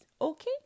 Okay